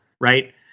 right